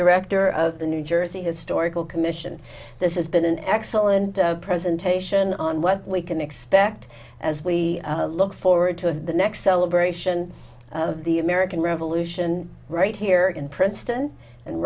director of the new jersey historical commission this is been an excellent presentation on what we can expect as we look forward to the next cell gratian the american revolution right here in princeton and